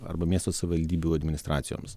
arba miesto savivaldybių administracijoms